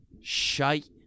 shite